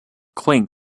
kling